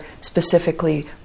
specifically